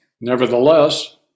Nevertheless